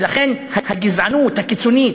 ומכאן הגזענות הקיצונית,